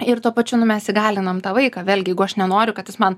ir tuo pačiu nu mes įgalinam tą vaiką vėlgi jeigu aš nenoriu kad jis man